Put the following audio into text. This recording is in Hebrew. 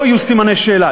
לא יהיו סימני שאלה,